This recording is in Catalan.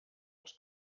els